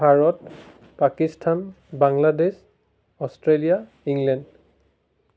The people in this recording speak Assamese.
Bharat Pakistan Bangladesh Australia England